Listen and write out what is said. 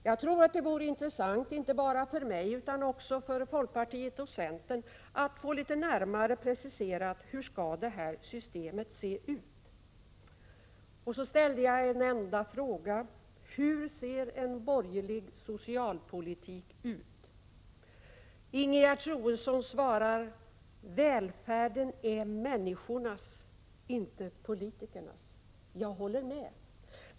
Jag tror att det skulle vara intressant inte bara för mig utan också för folkpartiet och centern att få en närmare precisering av hur systemet skall se ut. Jag ställde en enda fråga: Hur ser en borgerlig socialpolitik ut? Ingegerd Troedsson svarar: Välfärden är människornas, inte politikernas. Jag håller med.